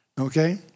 okay